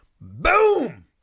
Boom